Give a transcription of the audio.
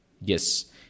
Yes